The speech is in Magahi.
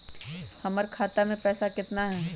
हमर खाता मे पैसा केतना है?